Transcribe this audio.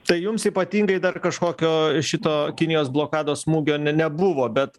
tai jums ypatingai dar kažkokio šito kinijos blokados smūgio nebuvo bet